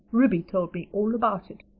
ruby told me all about it.